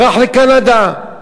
ברח לקנדה.